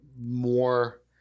more